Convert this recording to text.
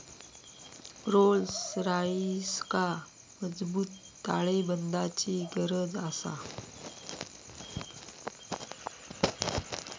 Rolls रॉइसका मजबूत ताळेबंदाची गरज आसा